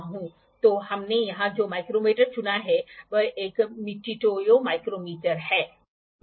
तो हमने यहां जो माइक्रोमीटर चुना है वह एक मिटुटोयो माइक्रोमीटर है